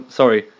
sorry